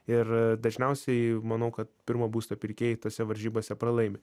ir dažniausiai manau kad pirmo būsto pirkėjai tose varžybose pralaimi